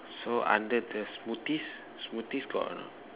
so under the smoothies smoothies got or not